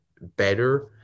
better